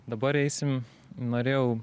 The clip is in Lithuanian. dabar eisim norėjau